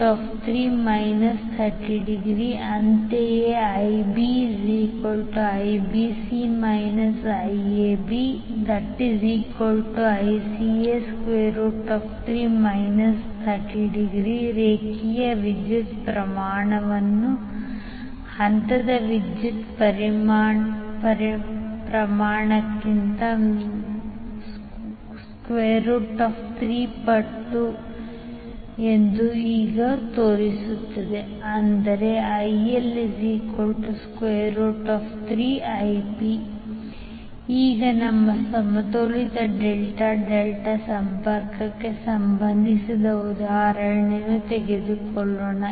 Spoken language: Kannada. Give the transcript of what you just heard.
866IAB3∠ 30° ಅಂತೆಯೇ IbIBC IABIBC3∠ 30° IcICA IBCICA3∠ 30° ರೇಖೆಯ ವಿದ್ಯುತ್ ಪ್ರಮಾಣವು ಹಂತದ ವಿದ್ಯುತ್ ಪರಿಮಾಣಕ್ಕಿಂತ √3 ಪಟ್ಟು ಎಂದು ಇದು ತೋರಿಸುತ್ತದೆ ಅಂದರೆ IL3Ip ಈಗ ನಮ್ಮ ಸಮತೋಲಿತ ಡೆಲ್ಟಾ ಡೆಲ್ಟಾ ಸಂಪರ್ಕಕ್ಕೆ ಸಂಬಂಧಿಸಿದ ಉದಾಹರಣೆಯನ್ನು ತೆಗೆದುಕೊಳ್ಳೋಣ